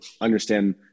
understand